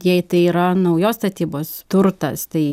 jei tai yra naujos statybos turtas tai